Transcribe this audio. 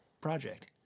project